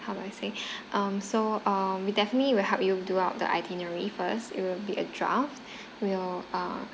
how do I say um so uh we definitely will help you do out the itinerary first it will be a draft we'll uh